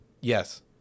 Yes